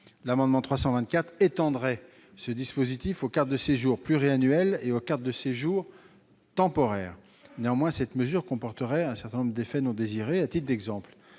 pour objet d'étendre ce dispositif aux cartes de séjour pluriannuelles et aux cartes de séjour temporaires. Or, cette mesure emporterait un certain nombre d'effets non désirés. À titre d'exemple,